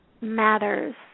matters